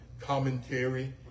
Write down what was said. Commentary